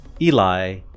Eli